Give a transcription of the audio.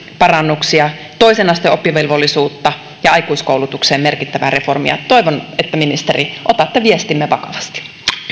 parannuksia toisen asteen oppivelvollisuutta ja aikuiskoulutukseen merkittävää reformia toivon ministeri että otatte viestimme vakavasti